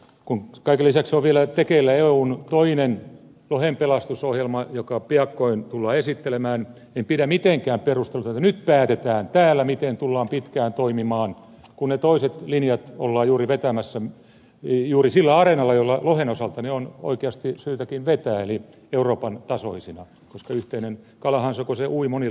kun kaiken lisäksi on vielä tekeillä eun toinen lohenpelastusohjelma joka piakkoin tullaan esittelemään en pidä mitenkään perusteltuna että nyt päätetään täällä miten tullaan pitkään toimimaan kun ne toiset linjat ollaan vetämässä juuri sillä areenalla jolla lohen osalta ne on oikeasti syytäkin vetää eli euroopan tasoisina koska yhteinen kalahan se on kun se ui monilla merillä